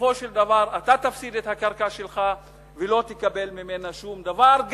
ובסופו של דבר אתה תפסיד את הקרקע שלך ולא תקבל ממנה שום דבר,